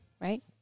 right